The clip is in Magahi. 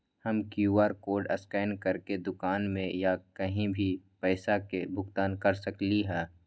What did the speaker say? हम कियु.आर कोड स्कैन करके दुकान में या कहीं भी पैसा के भुगतान कर सकली ह?